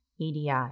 EDI